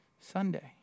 Sunday